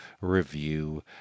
review